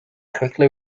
quickly